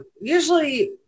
Usually